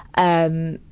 um,